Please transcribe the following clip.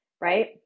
right